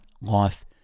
life